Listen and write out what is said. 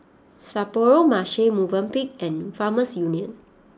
Sapporo Marche Movenpick and Farmers Union